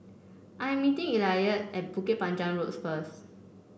I am meeting Eliot at Bukit Panjang Road first